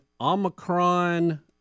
Omicron